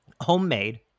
Homemade